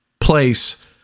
place